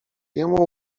jemu